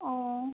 ও